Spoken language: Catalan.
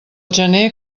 gener